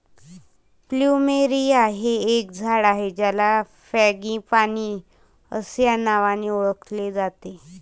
plumeria हे एक झाड आहे ज्याला फ्रँगीपानी अस्या नावानी ओळखले जाते